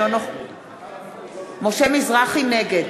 נגד